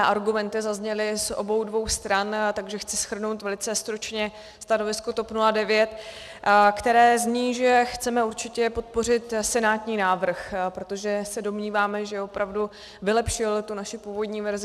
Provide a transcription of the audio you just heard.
Argumenty zazněly z obou dvou stran, takže chci shrnout velice stručně stanovisko TOP 09, které zní, že chceme určitě podpořit senátní návrh, protože se domníváme, že opravdu vylepšil naši původní verzi.